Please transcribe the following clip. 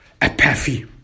apathy